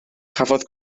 cafodd